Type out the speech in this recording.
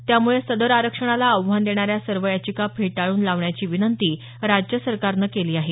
त्यामुळे सदर आरक्षणाला आव्हान देणाऱ्या सर्व याचिका फेटाळून लावण्याची विनंती राज्य सरकारनं केली आहे